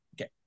Okay